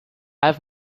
have